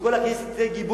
וכל הכנסת תיתן גיבוי,